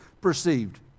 perceived